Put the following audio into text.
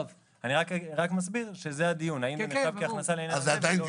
אני רק מסביר שזה הדיון: האם זה נחשב כהכנסה לעניין הזה או לא.